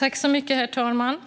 Herr talman!